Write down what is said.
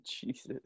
Jesus